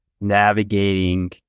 navigating